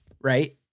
right